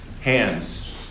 hands